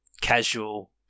casual